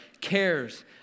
cares